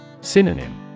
Synonym